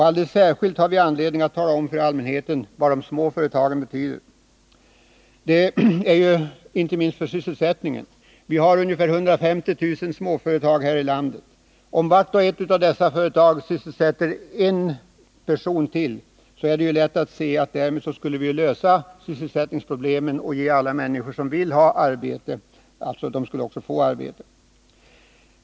Alldeles särskilt har vi anledning att tala om för allmänheten vad de små företagen betyder. Det gäller inte minst sysselsättningen. Vi har ungefär 150 000 småföretag här i landet. Om vart och ett av dessa företag sysselsätter en person till är det lätt att se att vi därmed skulle lösa sysselsättningsproblemen och kunna ge alla människor som vill ha arbete ett sådant.